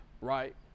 right